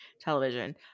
Television